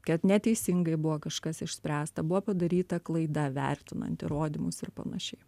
kad neteisingai buvo kažkas išspręsta buvo padaryta klaida vertinant įrodymus ir panašiai